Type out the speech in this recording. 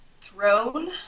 throne